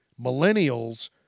millennials